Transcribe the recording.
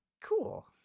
Cool